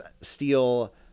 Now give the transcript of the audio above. steel